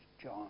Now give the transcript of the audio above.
John